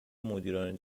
مدیران